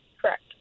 Correct